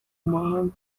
mahanga